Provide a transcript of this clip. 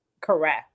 Correct